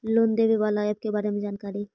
Loan देने बाला app के बारे मे जानकारी?